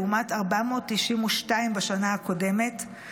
לעומת 492 בשנה הקודמת,